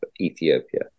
Ethiopia